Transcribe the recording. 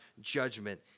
judgment